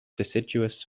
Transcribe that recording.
deciduous